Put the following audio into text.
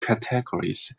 categories